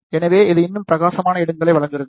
எனவே இது இன்னும் பிரகாசமான இடங்களை வழங்குகிறது